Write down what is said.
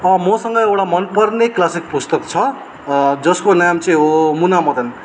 अँ मसँग एउटा मनपर्ने क्लासिक पुस्तक छ जसको नाम चाहिँ हो मुनामदन